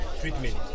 treatment